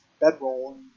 bedroll